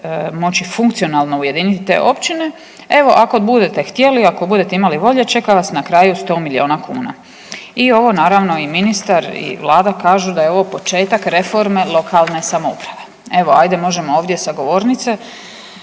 moći funkcionalno ujediniti te općine. Evo, ako budete htjeli, ako budete imali volje, čeka vas na kraju 100 milijuna kuna i ovo naravno i ministar i Vlada kažu da je ovo početak reforme lokalne samouprave. Evo, ajde, možemo ovdje sa govornice